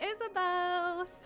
Isabel